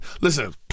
Listen